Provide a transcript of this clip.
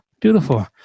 beautiful